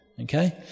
Okay